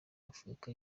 afurika